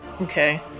okay